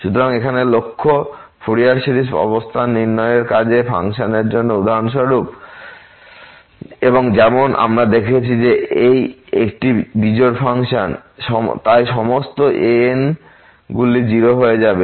সুতরাং এখানে লক্ষ্য ফুরিয়ার সিরিজ অবস্থান নির্ণয়ের কাজে ফাংশন এর জন্য উদাহরণস্বরূপ এবং যেমন আমরা দেখেছি এই একটি বিজোড় ফাংশন তাই সমস্ত ans গুলি 0 হয়ে যাবে